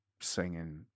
singing